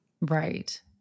Right